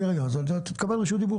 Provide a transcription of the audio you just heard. אתה תקבל רשות דיבור